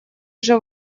уже